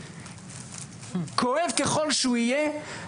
כואב ככל שהוא יהיה,